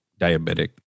diabetic